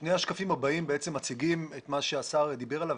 שני השקפים הבאים מציגים את מה שהשר דיבר עליו,